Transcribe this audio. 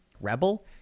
Rebel